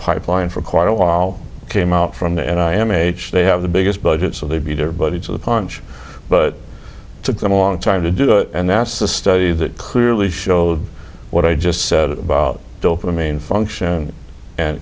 pipeline for quite a while came out from the and i am h they have the biggest budget so they beat everybody to the punch but took them a long time to do it and that's the study that clearly showed what i just said it about the main function and